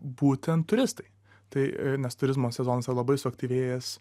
būtent turistai tai nes turizmo sezonas yra labai suaktyvėjęs